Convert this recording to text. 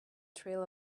trail